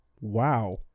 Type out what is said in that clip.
Wow